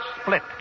split